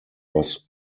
was